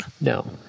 No